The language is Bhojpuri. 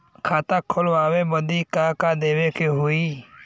खाता खोलावे बदी का का देवे के होइ?